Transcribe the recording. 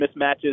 mismatches